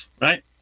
right